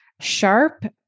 sharp